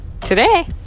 today